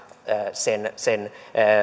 sen sen